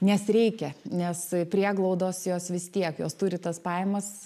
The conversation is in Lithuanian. nes reikia nes prieglaudos jos vis tiek jos turi tas pajamas